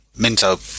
Minto